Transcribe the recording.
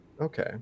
okay